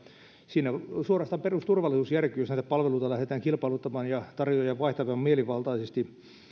siinä suorastaan perusturvallisuus järkkyy jos näitä palveluita lähdetään kilpailuttamaan ja tarjoajia vaihtamaan mielivaltaisesti